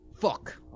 fuck